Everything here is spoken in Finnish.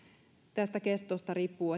tästä kestosta riippuu